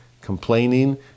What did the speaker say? complaining